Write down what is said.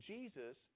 Jesus